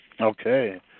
Okay